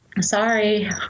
Sorry